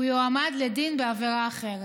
הוא יועמד לדין בעבירה אחרת.